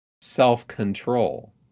self-control